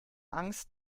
angst